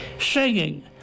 singing